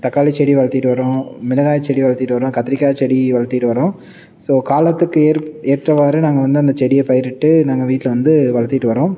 தக்காளி செடி வளர்த்திட்டு வரோம் மிளகாய் செடி வளர்த்திட்டு வரோம் கத்திரிக்காய் செடி வளர்த்திட்டு வரோம் ஸோ காலத்துக்கு ஏற் ஏற்றவாறு நாங்கள் வந்து அந்த செடியை பயிரிட்டு நாங்கள் வீட்டில் வந்து வளர்த்திட்டு வரோம்